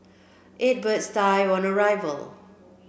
eight birds died on arrival